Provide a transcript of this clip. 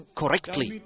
correctly